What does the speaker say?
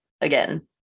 again